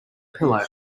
pillow